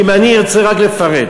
אם אני ארצה רק לפרט.